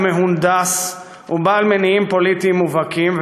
מהונדס ובעל מניעים פוליטיים מובהקים,